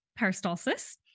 peristalsis